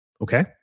okay